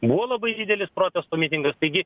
buvo labai didelis protesto mitingas taigi